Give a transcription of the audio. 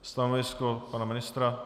Stanovisko pana ministra?